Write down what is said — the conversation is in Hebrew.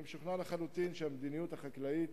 אני משוכנע לחלוטין שהמדיניות החקלאית